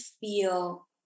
feel